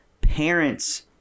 parents